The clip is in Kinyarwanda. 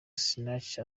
sinach